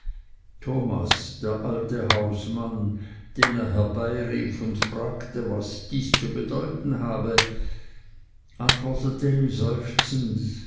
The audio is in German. thomas der alte hausmann den er herbeirief und fragte was dies zu bedeuten habe antwortete ihm seufzend